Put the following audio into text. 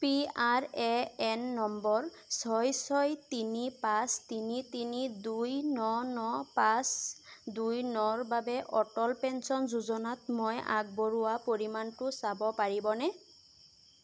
P R A N নম্বৰ ছয় ছয় তিনি পাঁচ তিনি তিনি দুই ন ন পাঁচ দুই নৰ বাবে অটল পেঞ্চন যোজনাত মই আগবঢ়োৱা পৰিমাণটো চাব পাৰিবনে